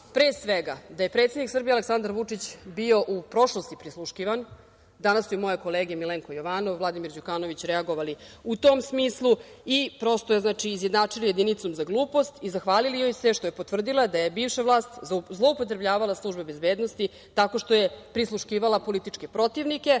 pre svega, da je predsednik Srbije, Aleksandar Vučić, bio u prošlosti prisluškivan, danas su i moje kolege Milenko Jovanov, Vladimir Đukanović, reagovali u tom smislu, i prosto je izjednačili jedinicom za glupost i zahvalili joj se što je potvrdila da je bivša vlast zloupotrebljavala službe bezbednosti tako što je prisluškivala političke protivnike,